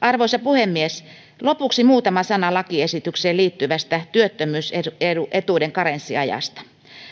arvoisa puhemies lopuksi muutama sana lakiesitykseen liittyvästä työttömyysetuuden karenssiajasta